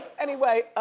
anyway,